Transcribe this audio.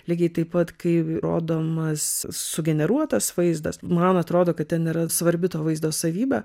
lygiai taip pat kai rodomas sugeneruotas vaizdas man atrodo kad ten yra svarbi to vaizdo savybė